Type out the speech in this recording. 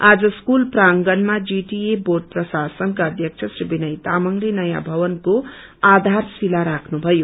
आज स्कूल प्रांगणमा GTA board प्रशासनका अध्यक्ष श्री विनय तामाङले नयाँ भवनको आधारशीला राख्नु भयो